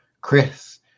Chris